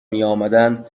میآمدند